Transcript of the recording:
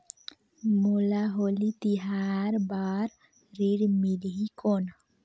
मोला होली तिहार बार ऋण मिलही कौन?